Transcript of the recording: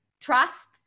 trust